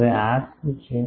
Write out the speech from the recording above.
હવે આ શું છે